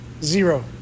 zero